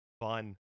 fun